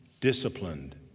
disciplined